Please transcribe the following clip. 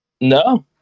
No